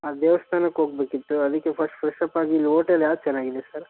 ಆ ದೇವಸ್ಥಾನಕ್ಕೆ ಹೋಗ್ಬೇಕಿತ್ತು ಅದಕ್ಕೆ ಫಸ್ಟ್ ಫ್ರೆಶ್ಶಪ್ ಆಗಿ ಇಲ್ಲಿ ಓಟೆಲ್ ಯಾವ್ದು ಚೆನ್ನಾಗಿದೆ ಸರ್